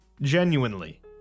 Genuinely